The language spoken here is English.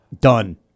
Done